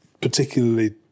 particularly